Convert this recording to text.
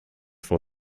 for